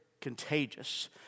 contagious